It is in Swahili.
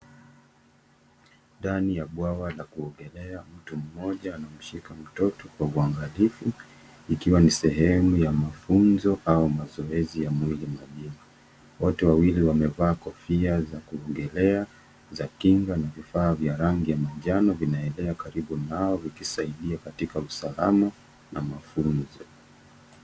Ndani ya bwawa la kuogelea mtu mmoja anamshika mtoto kwa uangalifu ikiwa ni sehemu ya mafunzo au mazoezi ya mwili majini. Wote wawili wamevaa kofia za kuogelea za kinga na vifaa vya rangi ya manjano vinaelea karibu nao vikisaidia katika mazoezi na mafunzo.